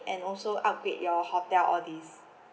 and also upgrade your hotel all this